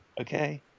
okay